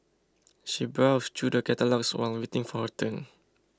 she browsed through the catalogues while waiting for her turn